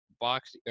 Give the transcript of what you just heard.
box